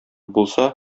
булса